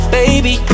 baby